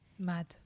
mad